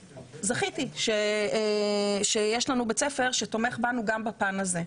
זכיתי שיש לנו בית ספר שתומך בנו גם בפן הזה,